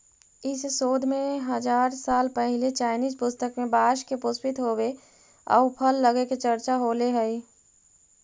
इस शोध में हजार साल पहिले चाइनीज पुस्तक में बाँस के पुष्पित होवे आउ फल लगे के चर्चा होले हइ